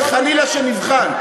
וחלילה שנבחן,